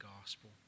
gospel